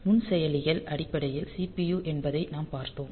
நுண்செயலிகள் அடிப்படையில் CPU என்பதை நாம் பார்த்தோம்